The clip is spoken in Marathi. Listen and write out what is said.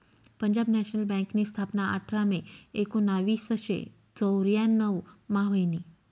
पंजाब नॅशनल बँकनी स्थापना आठरा मे एकोनावीसशे चौर्यान्नव मा व्हयनी